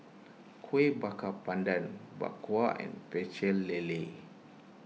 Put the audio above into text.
Kuih Bakar Pandan Bak Kwa and Pecel Lele